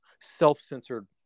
self-censored